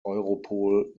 europol